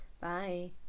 Bye